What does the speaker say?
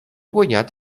guanyat